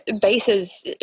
bases